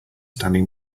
standing